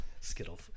Skittle